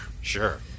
sure